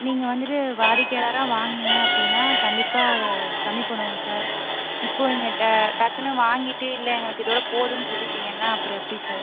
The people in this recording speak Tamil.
நீங்கள் வந்துவிட்டு வாடிக்கையாளராக வாங்குனீங்க அப்படின்னா கண்டிப்பாக கம்மி பண்ணுவோம் சார் இப்போது நீங்கள் ட டக்குன்னு வாங்கிட்டு இல்லை எங்களுக்கு இதோடு போதும் சொல்லிவிட்டீங்கன்னா அப்புறம் எப்படி சார்